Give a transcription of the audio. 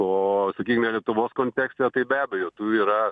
o sakykime lietuvos kontekste tai be abejo tų yra